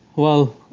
well,